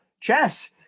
chess